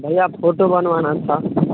भैया फोटो बनवाना था